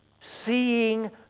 Seeing